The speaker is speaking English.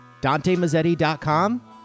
DanteMazzetti.com